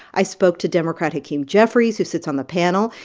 i spoke to democrat hakeem jeffries, who sits on the panel.